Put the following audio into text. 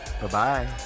Bye-bye